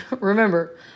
Remember